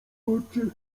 kołaczy